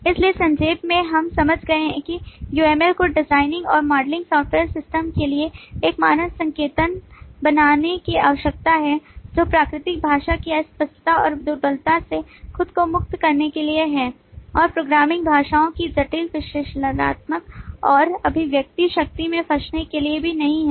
इसलिए संक्षेप में हम समझ गए हैं कि UML को डिजाइनिंग और मॉडलिंग सॉफ्टवेयर सिस्टम के लिए एक मानक संकेतन बनाने की आवश्यकता है जो प्राकृतिक भाषा की अस्पष्टता और दुर्बलता से खुद को मुक्त करने के लिए है और प्रोग्रामिंग भाषाओं की जटिल विश्लेषणात्मक और अभिव्यक्त शक्ति में फंसने के लिए भी नहीं है